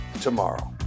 tomorrow